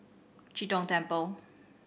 Chee Tong Temple